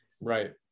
right